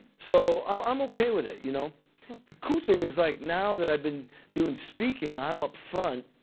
so i'm i'm ok with it. you know the cool thing is like now that i've been doing speaking, i'm up front,